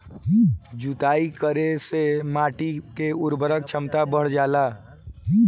जुताई करे से माटी के उर्वरक क्षमता बढ़ जाला